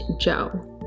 Joe